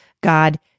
God